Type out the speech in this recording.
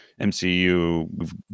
MCU